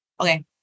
Okay